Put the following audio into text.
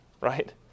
right